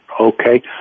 Okay